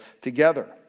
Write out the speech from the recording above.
together